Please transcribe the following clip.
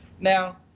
Now